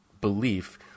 belief